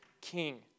king